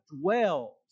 dwells